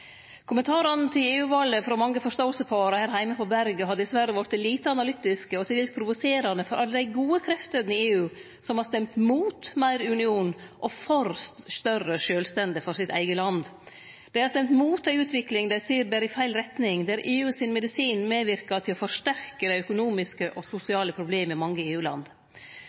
Kommentarane til EU-valet frå mange forståsegpåarar her heime på berget har dessverre vore lite analytiske og til dels provoserande for alle dei gode kreftene i EU som har stemt imot meir union og for større sjølvstende for sitt eige land. Dei har stemt imot ei utvikling dei ser ber i feil retning, der EU sin medisin medverkar til å forsterke dei økonomiske og sosiale problema i mange